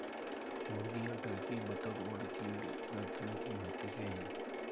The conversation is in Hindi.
मुर्गियां, टर्की, बत्तख और गीज़ प्राथमिक महत्व के हैं